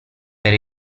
per